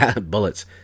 Bullets